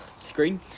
screen